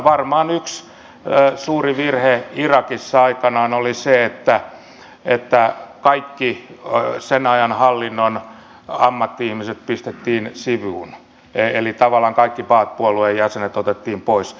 varmaan yksi suuri virhe irakissa aikanaan oli se että kaikki sen ajan hallinnon ammatti ihmiset pistettiin sivuun eli tavallaan kaikki baath puolueen jäsenet otettiin pois